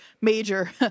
major